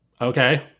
Okay